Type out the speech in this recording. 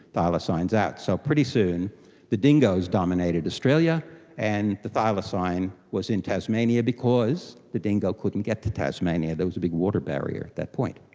thylacines out. so pretty soon the dingoes dominated australia and the thylacine was in tasmania because the dingo couldn't get to tasmania, there was a big water barrier at that point.